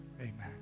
amen